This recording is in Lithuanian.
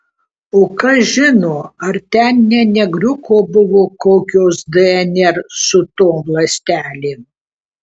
o kas žino ar ten ne negriuko buvo kokios dnr su tom ląstelėm